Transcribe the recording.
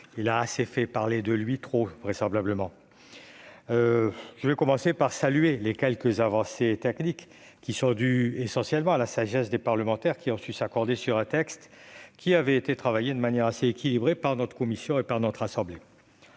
il a assez fait parler de lui- trop, vraisemblablement ! Je vais commencer par saluer les quelques avancées techniques, qui sont essentiellement dues à la sagesse des parlementaires, lesquels ont su s'accorder sur un texte qui avait été travaillé de manière assez équilibrée par notre commission et notre assemblée.